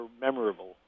memorable